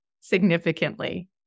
significantly